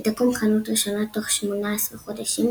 ותקום חנות ראשונה תוך 18 חודשים,